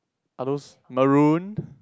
are those maroon